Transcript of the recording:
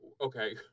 okay